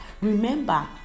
Remember